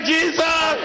Jesus